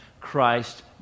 Christ